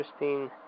interesting